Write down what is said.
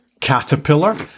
Caterpillar